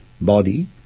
body